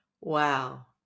wow